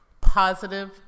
Positive